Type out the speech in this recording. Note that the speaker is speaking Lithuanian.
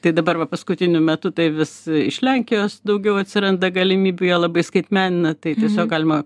tai dabar va paskutiniu metu tai vis iš lenkijos daugiau atsiranda galimybių jie labai skaitmenina tai tiesiog galima